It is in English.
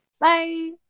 Bye